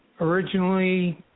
originally